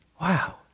Wow